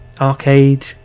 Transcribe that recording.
Arcade